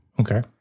Okay